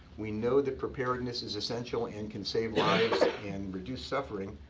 we know that preparedness is essential, and can save lives, and reduce suffering.